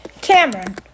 Cameron